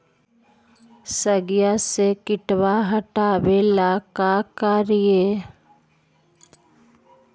सगिया से किटवा हाटाबेला का कारिये?